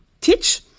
teach